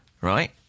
right